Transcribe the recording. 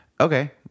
Okay